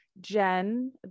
Jen